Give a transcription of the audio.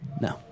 No